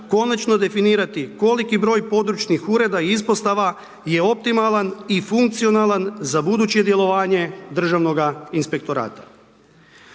konačno definirati koliki broj područnih ureda i ispostava je optimalan i funkcionalan za buduće djelovanje Državnoga inspektorata.